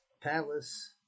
palace